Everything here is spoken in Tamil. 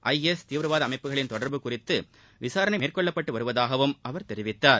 ஐஎஸ் தீவிரவாத அமைப்புகளின் தொடர்பு குறித்து விசாரணை மேற்கொள்ளப்பட்டு வருவதாகவும் அவர் தெரிவித்தார்